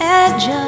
edge